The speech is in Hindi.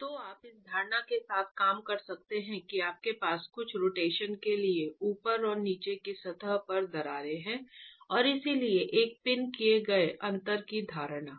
तो आप इस धारणा के साथ काम कर सकते हैं कि आपके पास कुछ रोटेशन के लिए ऊपर और नीचे की सतह पर दरारें हैं और इसलिए एक पिन किए गए अंत की धारणा